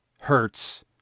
hurts